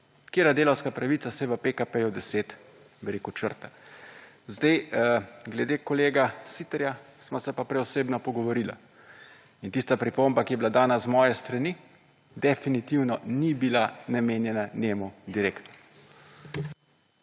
Katera delavska pravica se v PKP 10 črt? Zdaj, glede kolega Siterja, sva se pa prej osebno pogovorila in tista pripomba, ki je bila dana z moje strani, definitivno ni bila namenjena njemu direktno.